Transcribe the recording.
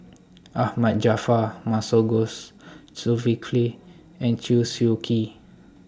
Ahmad Jaafar Masagos Zulkifli and Chew Swee Kee